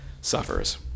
suffers